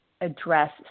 address